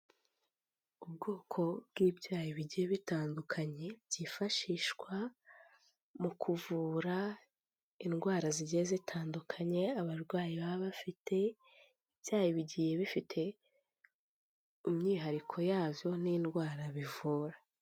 Ubwoko bw'ibyayi bigiye bitandukanye, byifashishwa mu kuvura indwara zigiye zitandukanye abarwayi baba bafite, ibyayi bigiye bifite umwihariko yazo n'indwara bivura.